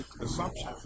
assumption